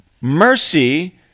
mercy